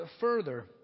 further